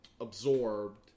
absorbed